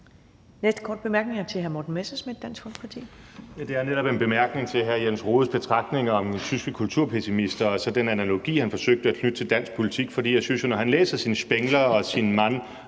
Dansk Folkeparti. Kl. 11:17 Morten Messerschmidt (DF): Det er netop en bemærkning til hr. Jens Rohdes betragtninger om tyske kulturpessimister og den analogi, han forsøgte at knytte til dansk politik, for jeg synes jo, at når han læser sin Spengler, Mann